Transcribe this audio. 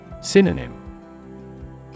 Synonym